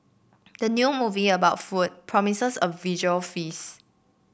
the new movie about food promises a visual feast